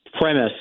premise